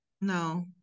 No